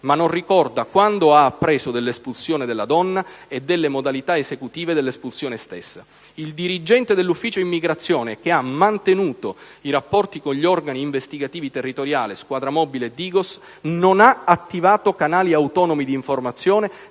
ma non ricorda quando ha appreso dell'espulsione della donna e delle modalità esecutive dell'espulsione stessa. Il dirigente dell'Ufficio immigrazione, che ha mantenuto i rapporti con gli organi investigativi territoriali, Squadra mobile e DIGOS, non ha attivato canali autonomi di informazione